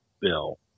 bill